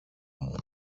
μου